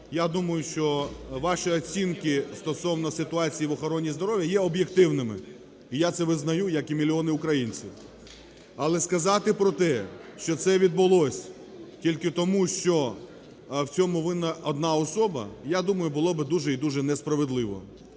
Я думаю, що ваші оцінки стосовно ситуації в охороні здоров'я є об'єктивними, і я це визнаю, як і мільйони українців. Але сказати про те, що це відбулось тільки тому, що в цьому винна одна особа, я думаю, було б дуже і дуже несправедливо.